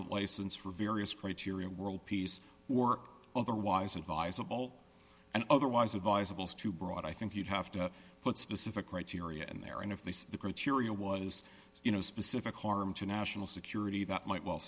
a license for various criteria world peace or otherwise advisable and otherwise advisable to broad i think you'd have to put specific criteria in there and if they say the criteria was you know specific harm to national security that might well